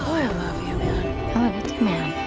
i love you man.